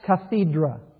cathedra